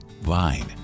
Vine